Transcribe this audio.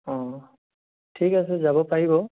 অঁ ঠিক আছে যাব পাৰিব